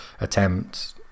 attempt